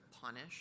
punish